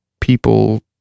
people